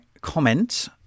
comment